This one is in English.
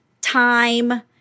time